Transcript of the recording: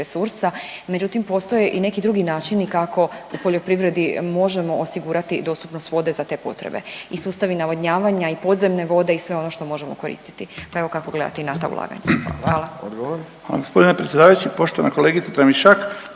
resursa, međutim postoje i neki drugi načini kako u poljoprivredi možemo osigurati dostupnost vode za te potrebe i sustavi navodnjavanja i podzemne vode i sve ono što možemo koristiti, pa evo kako gledate i na ta ulaganja? Hvala.